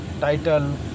title